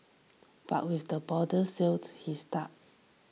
but with the borders sealed he is stuck